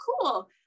cool